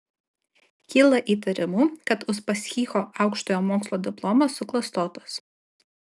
kyla įtarimų kad uspaskicho aukštojo mokslo diplomas suklastotas